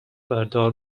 بردار